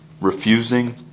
refusing